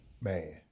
man